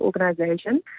Organization